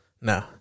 No